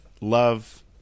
love